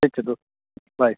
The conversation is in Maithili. ठीक छै दोस्त बाय